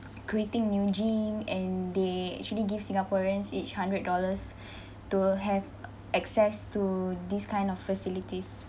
creating new gym and they actually give singaporeans each hundred dollars to have access to this kind of facilities